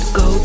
go